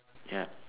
ya